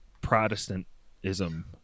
Protestantism